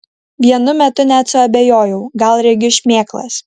vienu metu net suabejojau gal regiu šmėklas